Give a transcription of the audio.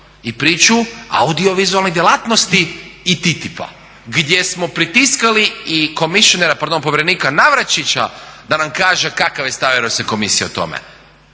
i priču o audiovizualnoj djelatnosti i TTIP-a gdje smo pritiskali povjerenika Navračića da nam kaže kakav je stav Europske komisije o tome.